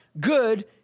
good